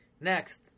Next